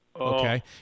Okay